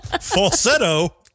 Falsetto